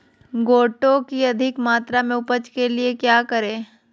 गोटो की अधिक मात्रा में उपज के लिए क्या करें?